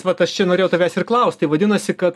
vat aš čia norėjau tavęs ir klausti vadinasi kad